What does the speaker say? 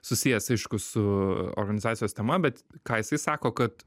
susijęs aiškus su organizacijos tema bet ką jisai sako kad